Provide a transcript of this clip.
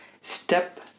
step